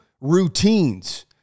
routines